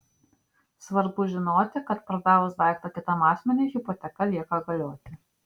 svarbu žinoti kad pardavus daiktą kitam asmeniui hipoteka lieka galioti